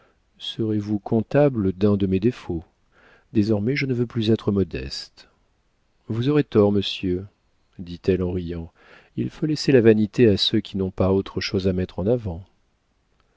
seriez-vous comptable d'un de mes défauts désormais je ne veux plus être modeste vous aurez tort monsieur dit-elle en riant il faut laisser la vanité à ceux qui n'ont pas autre chose à mettre en avant